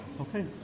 Okay